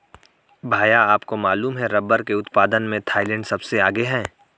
भैया आपको मालूम है रब्बर के उत्पादन में थाईलैंड सबसे आगे हैं